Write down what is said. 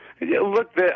Look